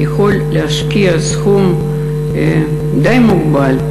יכול להשקיע סכום די מוגבל.